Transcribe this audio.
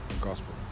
gospel